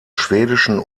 schwedischen